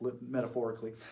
metaphorically